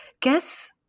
guess